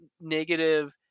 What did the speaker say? negative